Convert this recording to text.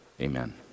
Amen